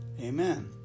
amen